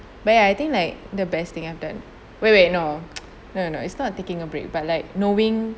but I think like the best thing I've done wait wait no no no it's not taking a break but like knowing